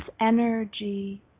energy